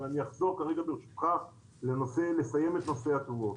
אבל אני אחזור, ברשותך, לסיים את נושא התבואות.